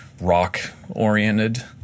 rock-oriented –